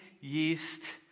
yeast